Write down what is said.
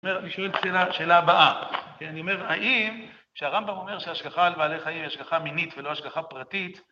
אני שואל את השאלה הבאה, כי אני אומר, האם כשהרמב״ם אומר שההשגחה על בעלי חיים היא השכחה מינית ולא השגחה פרטית,